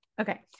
Okay